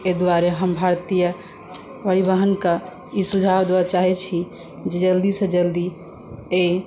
ताहि द्वारे हम भारतीय परिवहनकेँ ई सुझाव देबय चाहैत छी जे जल्दीसँ जल्दी एहि